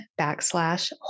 backslash